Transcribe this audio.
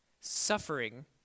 suffering